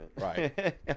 Right